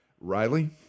Riley